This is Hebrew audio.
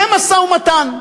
זה משא-ומתן.